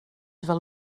fel